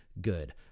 good